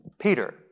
Peter